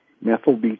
Methyl